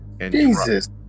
Jesus